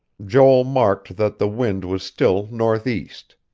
joel marked that the wind was still northeast.